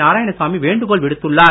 நாரயாணசாமி வேண்டுகோள் விடுத்துள்ளார்